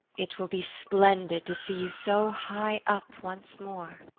it will be splendid to see you so high up once more.